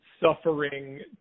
suffering